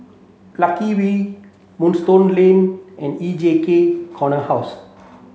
Lucky We Moonstone Lane and E J H Corner House